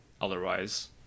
otherwise